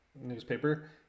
newspaper